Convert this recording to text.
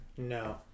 No